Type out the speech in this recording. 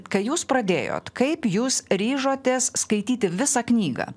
kai jūs pradėjot kaip jūs ryžotės skaityti visą knygą